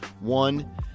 One